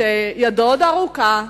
שידו עוד ארוכה,